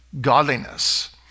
Godliness